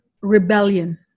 rebellion